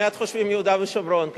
מייד חושבים יהודה ושומרון.